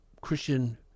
Christian